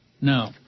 No